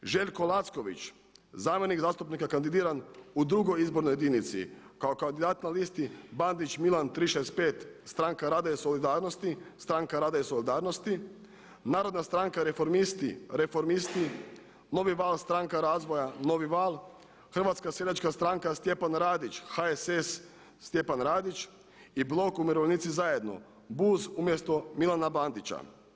Pod 7. Željko Lacković zamjenik zastupnika kandidiran u 2. izbornoj jedinici kao kandidat na listi Bandić Milan 365 Stranka rada i solidarnosti, Stranka rada i solidarnosti, Narodna stranka Reformisti, Reformisti, Novi val-Stranka razvoja, Novi val, Hrvatska seljačka stranka Stjepan Radić, HSS Stjepan Radić i BLOK Umirovljenici zajedno, BUZ umjesto Milana Bandića.